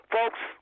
Folks